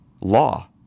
law